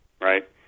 Right